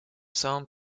самом